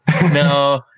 No